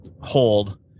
hold